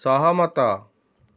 ସହମତ